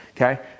Okay